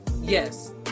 yes